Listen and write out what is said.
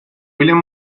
william